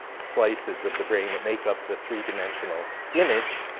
slices of the brain that make up the three dimensional image.